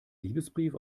liebesbrief